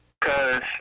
cause